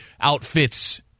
outfits